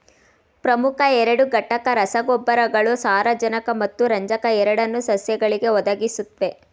ಪ್ರಮುಖ ಎರಡು ಘಟಕ ರಸಗೊಬ್ಬರಗಳು ಸಾರಜನಕ ಮತ್ತು ರಂಜಕ ಎರಡನ್ನೂ ಸಸ್ಯಗಳಿಗೆ ಒದಗಿಸುತ್ವೆ